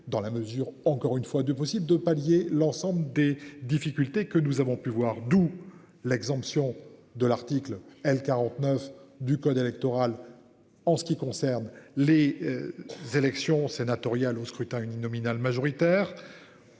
dans la mesure encore une fois du possible de pallier l'ensemble des difficultés que nous avons pu voir d'où l'exemption de l'article L-49 du code électoral. En ce qui concerne les. Élections sénatoriales au scrutin uninominal majoritaire.